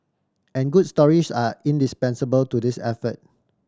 and good stories are indispensable to this effort